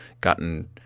gotten